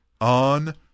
on